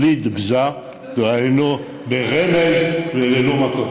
בלי טבזה, היינו ברמז וללא מכות.